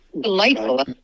delightful